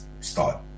start